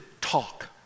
talk